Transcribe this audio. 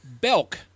Belk